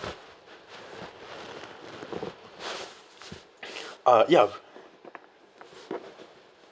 uh ya